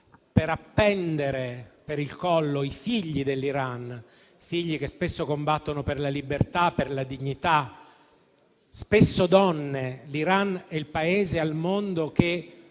appende per il collo i figli dell'Iran, che spesso combattono per la libertà e per la dignità, e spesso sono donne. L'Iran è il Paese al mondo -